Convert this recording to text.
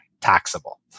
taxable